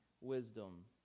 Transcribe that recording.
wisdom